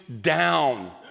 down